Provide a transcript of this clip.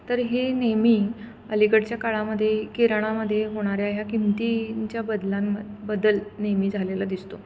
तर हे नेहमी अलीकडच्या काळामध्ये किराणामध्ये होणाऱ्या ह्या किमतींच्या बदलांम बदल नेहमी झालेला दिसतो